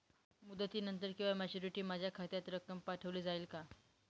मुदतीनंतर किंवा मॅच्युरिटी माझ्या खात्यात रक्कम पाठवली जाईल का?